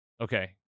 Okay